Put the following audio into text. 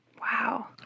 Wow